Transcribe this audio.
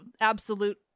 absolute